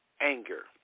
anger